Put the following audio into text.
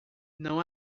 não